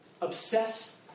Obsess